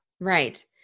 Right